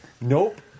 nope